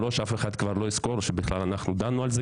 שלוש אף אחד כבר לא יזכור שדנו על זה,